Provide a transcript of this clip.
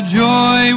joy